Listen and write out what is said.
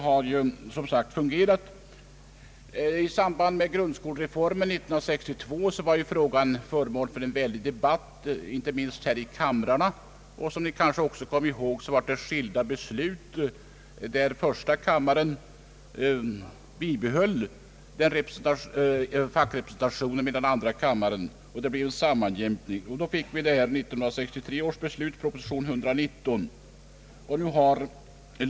I samband med grundskolereformen år 1962 var frågan föremål för en stor debatt, inte minst här i kamrarna, och som kammarens ledamöter kanske kommer ihåg blev det skilda beslut. Första kammaren ville bibehålla fackrepresentationen, medan andra kammaren gick på motsatt linje. Det blev sammanjämkning. Den nuvarande ordningen i fråga om fackrepresentationen tillkom genom beslut år 1963 som grundade sig på proposition 119 samma år.